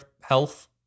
health